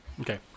Okay